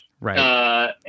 Right